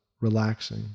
relaxing